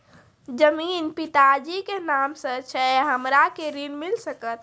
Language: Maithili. जमीन पिता जी के नाम से छै हमरा के ऋण मिल सकत?